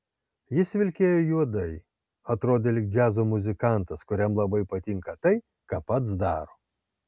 jis vilkėjo juodai atrodė lyg džiazo muzikantas kuriam labai patinka tai ką pats daro